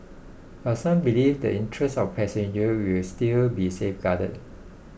but some believe the interests of passenger will still be safeguarded